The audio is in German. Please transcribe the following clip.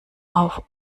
auf